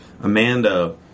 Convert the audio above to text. Amanda